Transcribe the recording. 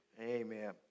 amen